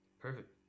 perfect